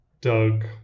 Doug